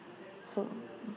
so